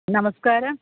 നമസ്കാരം